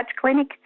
clinic